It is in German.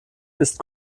ist